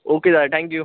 okay दादा thank you